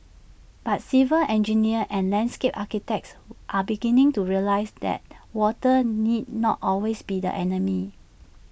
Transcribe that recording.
but civil engineers and landscape architects are beginning to realise that water need not always be the enemy